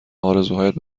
آرزوهایت